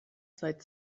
seit